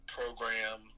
program